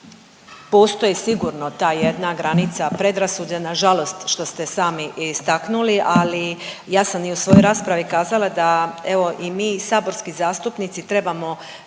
postoji sigurno ta jedna granica predrasude nažalost što ste sami i istaknuli, ali ja sam i u svojoj raspravi kazala da evo i mi saborski zastupnici trebamo